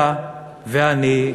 אתה ואני,